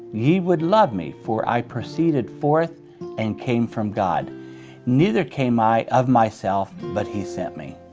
ye would love me for i proceeded forth and came from god neither came i of myself, but he sent me.